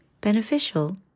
beneficial